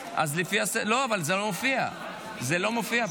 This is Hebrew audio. זה לא מופיע פה.